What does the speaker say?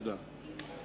תודה רבה.